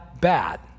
bad